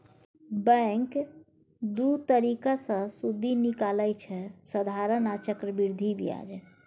bank दु तरीका सँ सुदि निकालय छै साधारण आ चक्रबृद्धि ब्याज